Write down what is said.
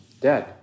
dead